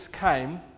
came